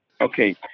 Okay